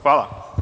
Hvala.